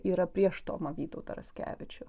yra prieš tomą vytautą raskevičių